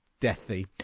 deathy